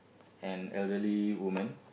an elderly woman